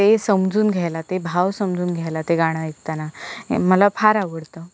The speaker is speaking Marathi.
ते समजून घ्यायला ते भाव समजून घ्यायला ते गाणं ऐकताना मला फार आवडतं